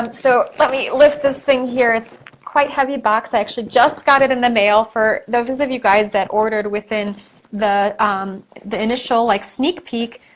um so, let me lift this thing here, it's quite heavy box. i actually just got it in the mail. for those of you guys that ordered within the um the initial like sneak peek,